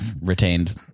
retained